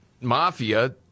mafia